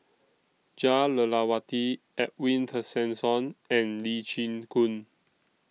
Jah Lelawati Edwin Tessensohn and Lee Chin Koon